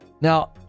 now